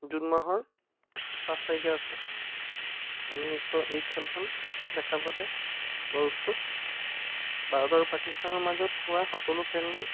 June মাহৰ পাঁচ তাৰিখে আছে আমি এখ এই খেলখন দেখাৰ বাবে বৰ উৎসুক ভাৰত আৰু পাকিস্তানৰ মাজত হোৱা সকলো খেলে